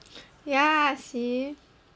ya see